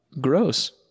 gross